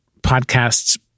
podcasts